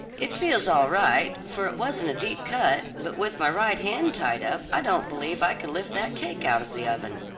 it feels all right, for it wasn't a deep cut, but with my right hand tied up i don't believe i can lift that cake out of the oven,